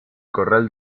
corral